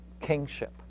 kingship